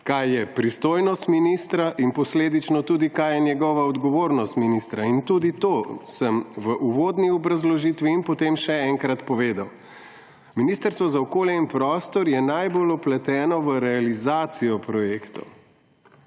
kaj je pristojnost ministra in posledično tudi, kaj je njegova odgovornost ministra. Tudi to sem v uvodni obrazložitvi in potem še enkrat povedal. Ministrstvo za okolje in prostor je najbolj vpleteno v realizacijo projektov.